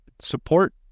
Support